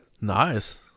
Nice